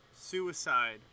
suicide